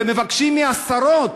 ומבקשים מהשרות,